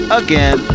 again